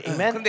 Amen